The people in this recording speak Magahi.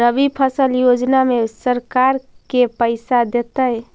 रबि फसल योजना में सरकार के पैसा देतै?